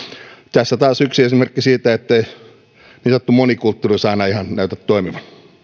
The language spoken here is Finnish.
tässä taas yksi esimerkki siitä ettei niin sanottu monikulttuurisuus aina ihan näytä toimivan